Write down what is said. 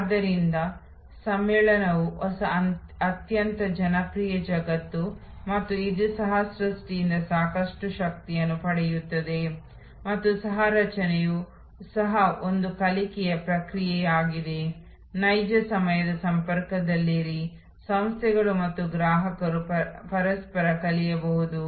ಆದ್ದರಿಂದ ಈ ಎರಡು ಅವಧಿಗಳಿಗೆ ಈ ವಾರದ ಕಾರ್ಯಯೋಜನೆಗಳಿಗಾಗಿ ನೀವು ನಿಯೋಜನೆಯಾಗಿ ಅಧ್ಯಯನ ಮಾಡಬೇಕಾದ ಸೇವೆಗಳಿಗಾಗಿ ಸರಳ ನೀಲಿ ಮುದ್ರಣಗಳನ್ನು ನೀವು ಅಭಿವೃದ್ಧಿಪಡಿಸಬಹುದು